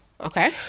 okay